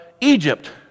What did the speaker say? Egypt